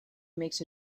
makes